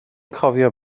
cofio